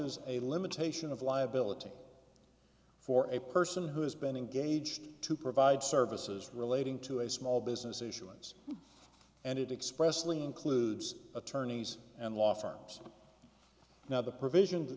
es a limitation of liability for a person who has been engaged to provide services relating to a small business issuance and it expressly includes attorneys and law firms now the provision